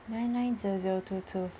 nine nine zero zero two two